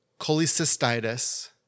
cholecystitis